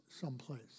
someplace